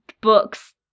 books